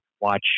watch